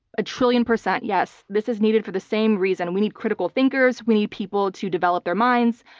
a trillion percent yes. this is needed for the same reason, we need critical thinkers, we need people to develop their minds.